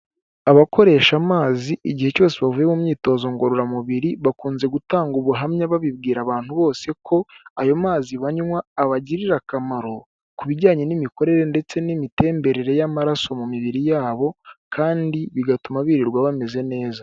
Abakoresha amazi igihe cyose bavuye mu myitozo ngororamubiri, bakunze gutanga ubuhamya babibwira abantu bose ko ayo mazi banywa, abagirira akamaro ku bijyanye n'imikorere ndetse n'imitemberere y'amaraso mu mibiri yabo, kandi bigatuma birirwa bameze neza.